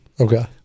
okay